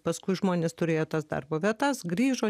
paskui žmonės turėjo tas darbo vietas grįžo